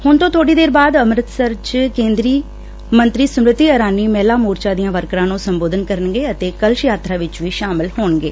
ਹੁਣ ਤੋਂ ਬੋੜੀ ਦੇਰ ਬਾਅਦ ਅੰਮ੍ਰਿਤਸਰ ਚ ਕੇਂਦਰੀ ਮੰਤਰੀ ਸਿਮਰਤੀ ਇਰਾਨੀ ਮਹਿਲਾਂ ਮੋਰਚਾ ਦੀਆਂ ਵਰਕਰਾ ਨੂੰ ਸੰਬੋਧਨ ਕਰਨਗੇ ਤੇ ਕਲਸ਼ ਯਾਤਰਾ ਵਿਚ ਵੀ ਸ਼ਾਮਲ ਹੋਣਗੇ